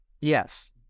yes